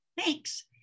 Thanks